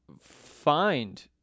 find